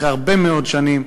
אחרי הרבה מאוד שנים,